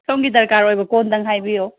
ꯁꯣꯝꯒꯤ ꯗꯔꯀꯥꯔ ꯑꯣꯏꯕ ꯀꯣꯟꯗꯪ ꯍꯥꯏꯕꯤꯌꯣ